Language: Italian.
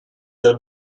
del